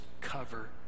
cover